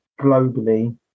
globally